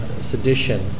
sedition